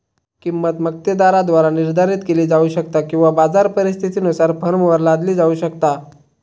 किंमत मक्तेदाराद्वारा निर्धारित केली जाऊ शकता किंवा बाजार परिस्थितीनुसार फर्मवर लादली जाऊ शकता